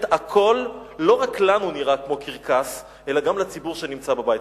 אחרת לא רק לנו הכול נראה כמו קרקס אלא גם לציבור שנמצא בבית.